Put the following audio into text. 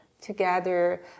together